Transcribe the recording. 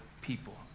people